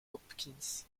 hopkins